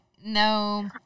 No